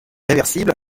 réversible